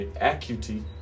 acuity